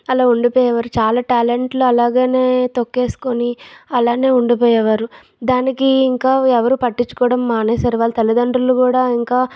అలా ఉండిపోయేవారు చాలా ట్యాలెంట్లు అలాగానే తొక్కేసుకోని అలానే ఉండిపోయేవారు దానికి ఇంకా ఎవరూ పట్టించుకోవడం మానేశారు వారి తల్లితండ్రులు కూడా ఇంకా